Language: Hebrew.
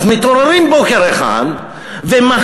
אז מתעוררים בוקר אחד ומחליטים,